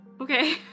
okay